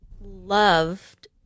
loved